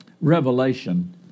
Revelation